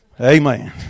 Amen